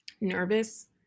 nervous